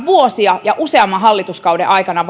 vuosia ja useamman hallituskauden aikana